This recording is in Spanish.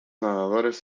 nadadores